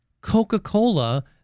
Coca-Cola